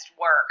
work